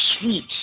sweet